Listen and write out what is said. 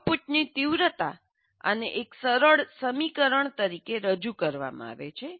આઉટપુટની તીવ્રતા આને એક સરળ સમીકરણ તરીકે રજૂ કરવામાં આવે છે